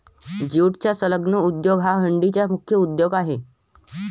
ज्यूटचा संलग्न उद्योग हा डंडीचा मुख्य उद्योग आहे